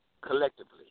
collectively